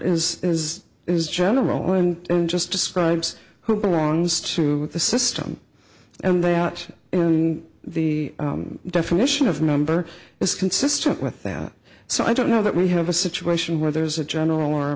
is is is general and just describes who belongs to the system and they are in the definition of number is consistent with that so i don't know that we have a situation where there's a general or